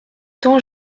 tant